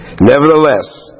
Nevertheless